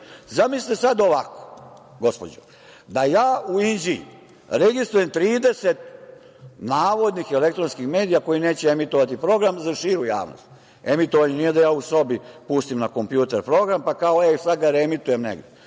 PIB.Zamislite sada ovako, gospođo, da ja u Inđiji registrujem 30 navodnih elektronskih medija koji neće emitovati program za širu javnost. Emitovanje nije da ja u sobi pustim na kompjuteru program, pa kao, sada ga reemitujem negde.